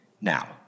Now